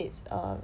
it's a